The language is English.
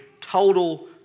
total